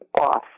off